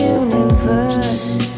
universe